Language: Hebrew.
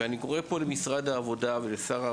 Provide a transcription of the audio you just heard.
אז אני קורא פה למשרד העבודה ולשר,